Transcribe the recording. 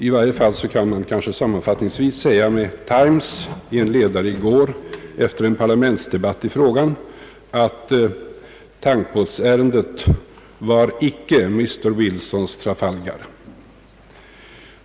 I varje fall kan man kanske sammanfattningsvis säga med Times i en ledare i går efter en parlamentsdegatt i frågan, att tankbåtsärendet icke var Mr. Wilsons Trafalgar.